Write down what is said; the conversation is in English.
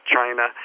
China